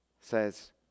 says